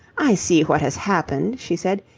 i see what has happened, she said.